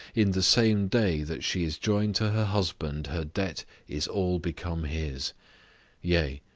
in the same day that she is joined to her husband, her debt is all become his yea,